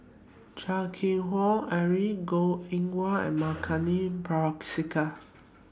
Chan Keng Howe Harry Goh Eng Wah and Milenko Prvacki